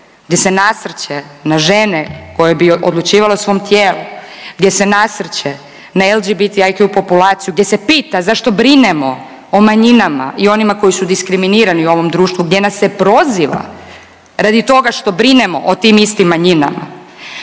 gdje se nasrće na žene koje bi odlučivale o svom tijelu, gdje se nasrće na LBGTAQ populaciju, gdje se pita zašto brinemo o manjinama i onima koji su diskriminirani u ovom društvu, gdje nas se proziva radi toga što brinemo o tim istim manjinama.